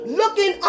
looking